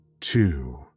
two